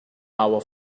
our